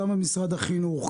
גם במשרד החינוך,